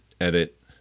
edit